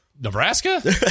nebraska